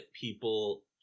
people